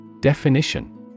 Definition